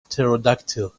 pterodactyl